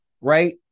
right